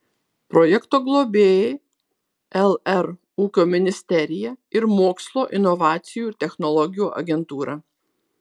projekto globėjai lr ūkio ministerija ir mokslo inovacijų ir technologijų agentūra